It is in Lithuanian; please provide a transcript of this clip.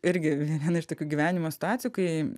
irgi viena iš tokių gyvenimo situacijų kai